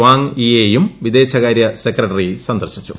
Wang ഈയെയും വിദേശകാര്യ secretary സന്ദർശിച്ചു